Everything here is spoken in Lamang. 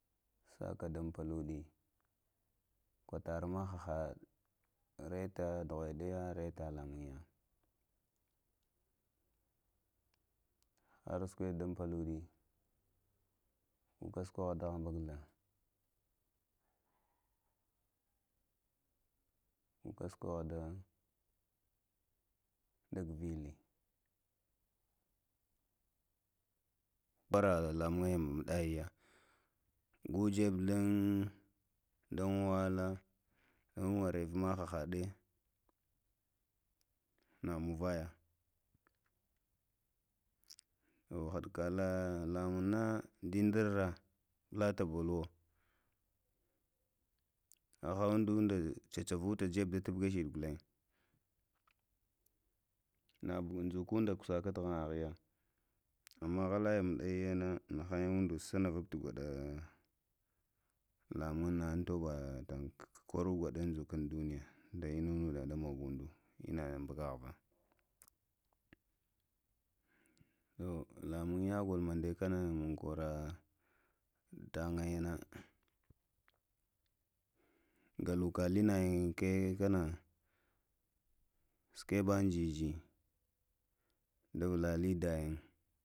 Saka din pəluɗi kwtətərə mə hə hə retə dhuɗəyə retə ləmunŋyə hərsukuɗe dəm pəluɗe go kə sukuɗe dum həmbəgdə go kə sukuɗe ɗun dəghvilli ɓəŋə ləmuŋya muɗə yinə go ŋəbe dumiŋ, dumnŋ wələ, duŋ wərəɓe mə həhəɗe nəmunŋ vəyənə hədkələnə ləmunŋnə ndərrə ɓulə taboluwo həhə undumŋ də cacə-vuta jebe də tubgə shiɗi ghulən ŋ, nə və dzukunɗə kushə tu ghnə vəyə əmmə ləhəyə muɗəyi həyə nəhənŋyə undu sunuvuftu gwəɗə ləmunŋ umnŋtobə nəhəyə koro goɗa dzukunduniyə ɗə innə mə namənə unɗu innɗ ɓuɗə ghva yo ləmanŋyə golo mənɗəyəkənə muiniŋ korədə tannyənə ghəlukələnəyən nə kənə sukeɓə jəjə da fula lə dayin